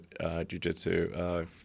jujitsu